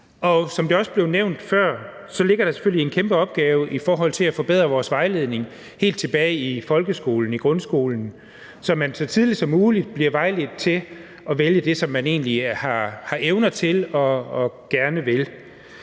Som det også blev nævnt før, ligger der selvfølgelig en kæmpe opgave i forhold til at forbedre vores vejledning helt tilbage i folkeskolen, i grundskolen, så man så tidligt som muligt bliver vejledt til at vælge det, som man egentlig har evner til og gerne vil.